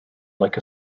like